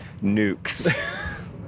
nukes